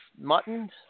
mutton